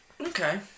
Okay